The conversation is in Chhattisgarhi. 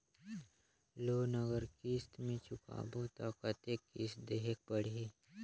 लोन अगर किस्त म चुकाबो तो कतेक किस्त देहेक पढ़ही?